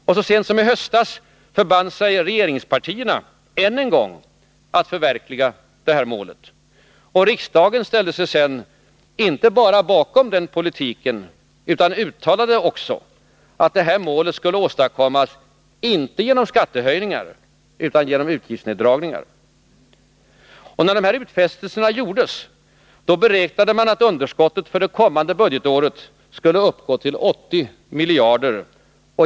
Och så sent som i höstas förband sig regeringspartierna än en gång att förverkliga detta mål, och riksdagen ställde sig sedan inte bara bakom den politiken utan uttalade också att målet skulle nås inte genom skattehöjningar utan genom utgiftsneddragningar. När dessa utfästelser gjordes beräknade man att underskottet för det kommande budgetåret skulle uppgå till 80 miljarder.